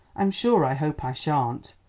i'm sure i hope i sha'n't.